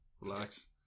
Relax